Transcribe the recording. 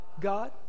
God